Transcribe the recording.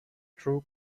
true